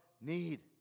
need